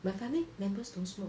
my family members don't smoke